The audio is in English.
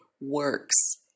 works